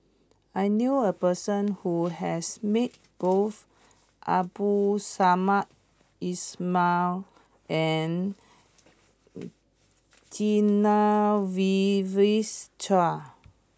I knew a person who has met both Abdul Samad Ismail and Genevieve Chua